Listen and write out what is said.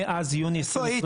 מאז יוני 2022